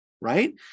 right